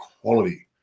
Quality